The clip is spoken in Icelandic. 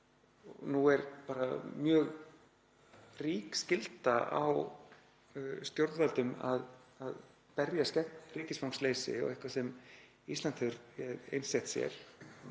Nú er bara mjög rík skylda á stjórnvöldum að berjast gegn ríkisfangsleysi og eitthvað sem Ísland hefur einsett sér,